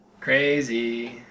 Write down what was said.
Crazy